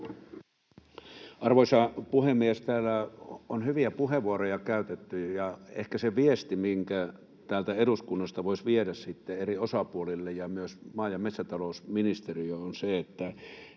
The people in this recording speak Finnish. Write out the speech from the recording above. Arvoisa puhemies! Täällä on hyviä puheenvuoroja käytetty, ja ehkä se viesti, minkä täältä eduskunnasta voisi viedä sitten eri osapuolille ja myös maa- ja metsätalousministeriöön, on se, että